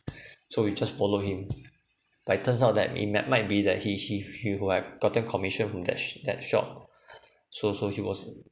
so we just follow him but it turns out that he might might be that he he he like gotten commission from that sh~ that shop so so he was